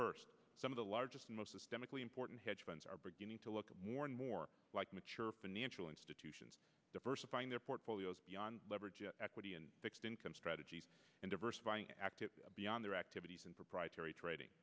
first some of the largest most systemically important hedge funds are beginning to look more and more like mature financial institutions diversifying their portfolios beyond leverage equity and fixed income strategies and diversifying active beyond their activities in proprietary trading